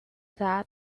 that